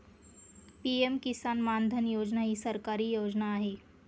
PM किसान मानधन योजना ही सरकारी योजना आहे